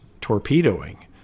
torpedoing